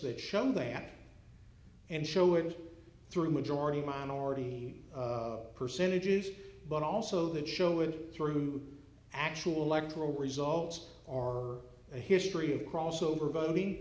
that show that and show it through majority minority percentages but also that show it through actual lexical results or a history of crossover voting